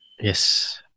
Yes